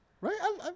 right